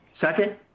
Second